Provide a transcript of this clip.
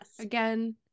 again